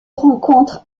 rencontre